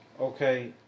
Okay